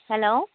hello